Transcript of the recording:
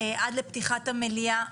עד לפתיחת המליאה.